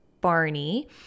Barney